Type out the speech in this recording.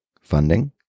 funding